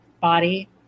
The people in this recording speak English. body